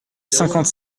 cinquante